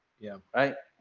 yeah, right.